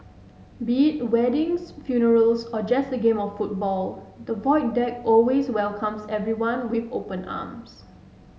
be it weddings funerals or just a game of football the Void Deck always welcomes everyone with open arms